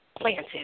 planted